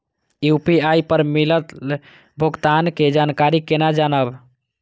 UPI पर मिलल भुगतान के जानकारी केना जानब?